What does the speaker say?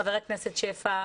חבר הכנסת שפע,